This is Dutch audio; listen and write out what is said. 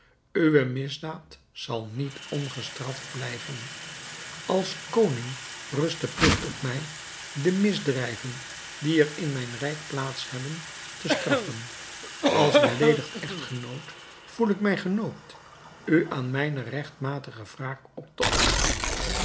uwe misdaad zal niet ongestraft blijven als koning rust de pligt op mij de misdrijven die er in mijn rijk plaats hebben te straffen als beleedigd echtgenoot voel ik mij genoopt u aan mijne regtmatige wraak op te offeren